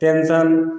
tension